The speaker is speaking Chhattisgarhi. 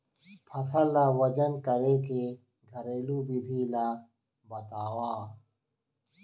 फसल ला वजन करे के घरेलू विधि ला बतावव?